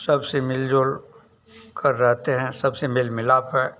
सबसे मिल जुल कर रहते हैं सबसे मेल मिलाप है